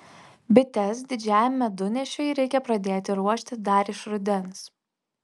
bites didžiajam medunešiui reikia pradėti ruošti dar iš rudens